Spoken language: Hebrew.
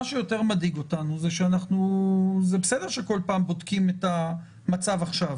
מה שיותר מדאיג אותנו זה בסדר שכל פעם בודקים את המצב עכשיו